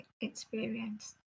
experience